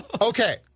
Okay